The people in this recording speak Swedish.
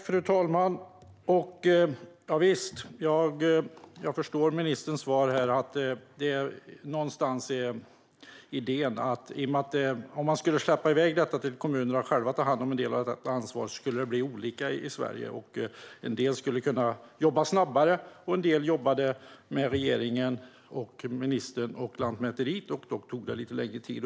Fru talman! Javisst, jag förstår av ministerns svar att idén är att om kommunerna själva fick ta hand om en del av ansvaret skulle det bli olika i Sverige. En del av kommunerna skulle jobba snabbare medan andra jobbade med regeringen, ministern och Lantmäteriet, och då skulle det ta lite längre tid.